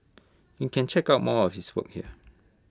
you can check out more of his work here